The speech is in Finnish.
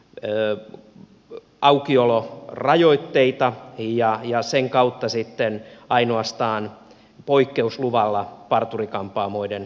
ee n aukiolon rajoitteita aukiolorajoitteita ja sen kautta sitten ainoastaan poikkeusluvalla aukiolo parturi kampaamoilla